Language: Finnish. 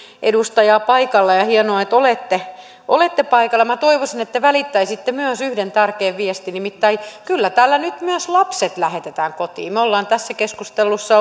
edustajaa paikalla ja hienoa että olette olette paikalla minä toivoisin että te välittäisitte myös yhden tärkeän viestin nimittäin kyllä tällä nyt myös lapset lähetetään kotiin me olemme tässä keskustelussa